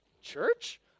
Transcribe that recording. church